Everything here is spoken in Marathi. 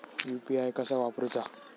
यू.पी.आय कसा वापरूचा?